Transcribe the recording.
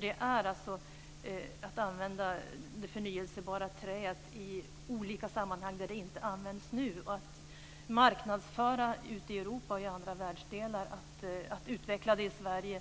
Det är att använda det förnybara träet i olika sammanhang där det nu inte används, att marknadsföra detta ute i Europa och i andra världsdelar och att utveckla det här i Sverige